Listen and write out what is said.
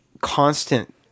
constant